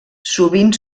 sovint